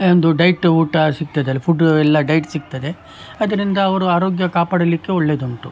ಒಂದು ಡಯ್ಟ್ ಊಟ ಸಿಗ್ತದೆ ಅಲ್ಲಿ ಫುಡ್ ಎಲ್ಲ ಡಯ್ಟ್ ಸಿಗ್ತದೆ ಅದರಿಂದ ಅವರು ಆರೋಗ್ಯ ಕಾಪಾಡಲಿಕ್ಕೆ ಒಳ್ಳೇದುಂಟು